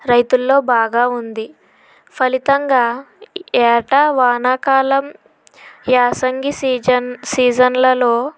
రైతుల్లో బాగా ఉంది ఫలితంగా ఏటా వానకాలం యాసంగి సీజన్ సీజన్లలో